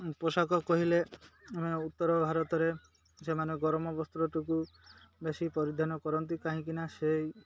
ପୋଷାକ କହିଲେ ଆମେ ଉତ୍ତର ଭାରତରେ ସେମାନେ ଗରମ ବସ୍ତ୍ରଟିକୁ ବେଶୀ ପରିଧାନ କରନ୍ତି କାହିଁକିନା ସେ